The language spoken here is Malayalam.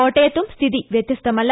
കോട്ടയത്തും സ്ഥിതി വൃത്യസ്ഥമല്ല